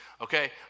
Okay